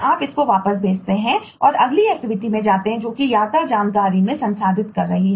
अब इस एक्टिविटीमें जाते हैं जोकि यात्रा जानकारी को संसाधित कर रही है